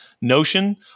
notion